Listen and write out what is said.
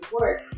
work